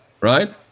right